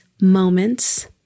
moments